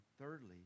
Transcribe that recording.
thirdly